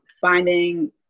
finding